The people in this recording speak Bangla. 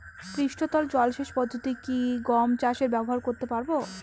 পৃষ্ঠতল জলসেচ পদ্ধতি কি গম চাষে ব্যবহার করতে পারব?